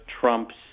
Trump's